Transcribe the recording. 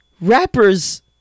Rappers